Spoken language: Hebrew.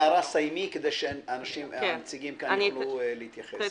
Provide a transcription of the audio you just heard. יערה, סיימי, כדי שהנציגים כאן יוכלו להתייחס.